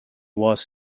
was